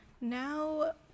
now